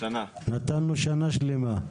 נתנו שנה שלמה.